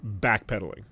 backpedaling